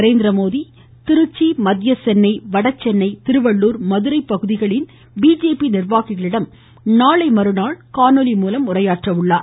நரேந்திரமோடி திருச்சி மத்திய சென்னை வடசென்னை திருவள்ளுர் மதுரை பகுதிகளின் பிஜேபி நிர்வாகிகளிடம் நாளை மறுநாள் காணொலி மூலம் உரையாற்ற உள்ளார்